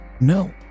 No